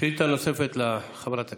נוספת לחברת הכנסת.